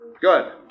Good